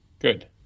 Good